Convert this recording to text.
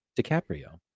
DiCaprio